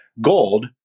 gold